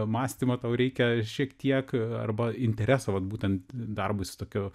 mąstymo tau reikia šiek tiek arba intereso vat būtent darbui su tokiu